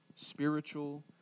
spiritual